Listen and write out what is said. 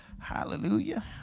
Hallelujah